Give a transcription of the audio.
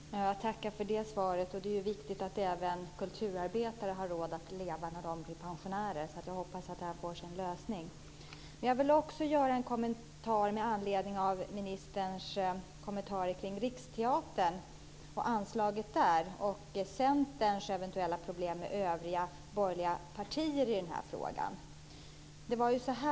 Fru talman! Jag tackar för det svaret. Det är viktigt att även kulturarbetare har råd att leva när de blir pensionärer. Så jag hoppas att det här får sin lösning. Jag vill också göra en kommentar till det som ministern sade om anslaget till Riksteatern och till Centerns eventuella problem med övriga borgerliga partier i den här frågan.